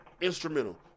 instrumental